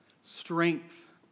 strength